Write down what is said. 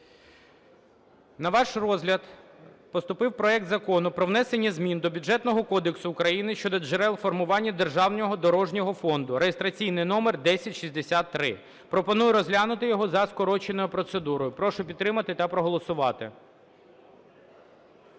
На ваш розгляд поступив проект Закону про внесення змін до Бюджетного кодексу України щодо джерел формування державного дорожнього фонду (реєстраційний номер 1063). Пропоную розглянути його за скороченою процедурою. Прошу підтримати та проголосувати.